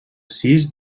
sis